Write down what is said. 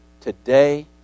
today